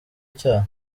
icyaha